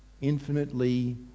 infinitely